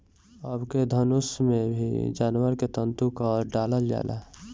अबके धनुष में भी जानवर के तंतु क डालल जाला